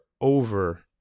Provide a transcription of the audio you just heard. over